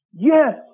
Yes